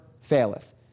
faileth